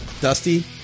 Dusty